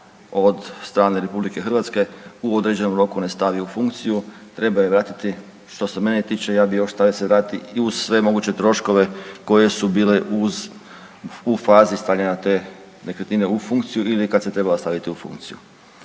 od strane RH u određenom roku ne stavi u funkciju treba ju vratiti što se mene tiče ja bih još da … iz sve moguće troškove koji su bili u fazi stvaranja te nekretnine u funkciju ili kad se trebala staviti u funkciju.